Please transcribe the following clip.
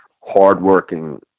hard-working